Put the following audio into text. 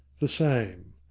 the same.